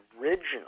original